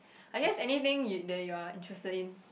I guess anything you that you are interested in